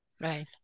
Right